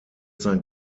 sein